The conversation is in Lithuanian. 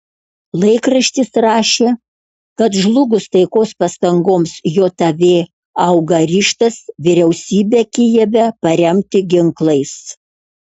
laikraštis rašė kad žlugus taikos pastangoms jav auga ryžtas vyriausybę kijeve paremti ginklais